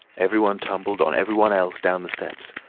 everyone tumbled on everyone else down the steps.